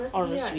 honestly